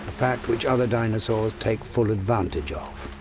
fact which other dinosaurs take full advantage of.